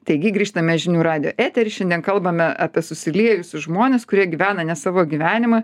taigi grįžtame į žinių radijo eterį šiandien kalbame apie susiliejusius žmones kurie gyvena ne savo gyvenimą